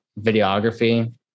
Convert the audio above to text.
videography